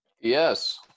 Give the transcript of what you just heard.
Yes